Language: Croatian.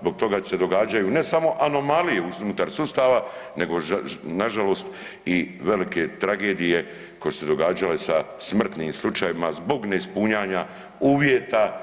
Zbog toga se događaju ne samo anomalije unutar sustava nego nažalost i velike tragedije ko što su se događale sa smrtnim slučajevima zbog neispunjanja uvjeta